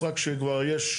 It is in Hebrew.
רק כשכבר יש,